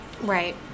right